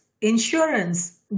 insurance